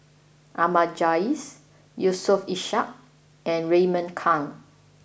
Ahmad Jais Yusof Ishak and Raymond Kang